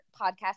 podcast